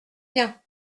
bien